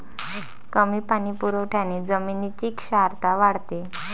कमी पाणी पुरवठ्याने जमिनीची क्षारता वाढते